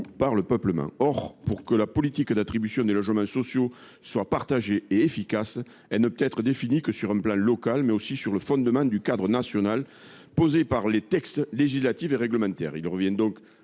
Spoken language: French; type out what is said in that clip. par le peuplement. Or, pour que la politique d’attribution des logements sociaux soit partagée et efficace, elle ne peut être définie qu’à l’échelon local, mais aussi sur le fondement d’un cadre national posé par les textes législatifs et réglementaires.